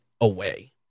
away